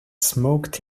smoked